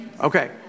Okay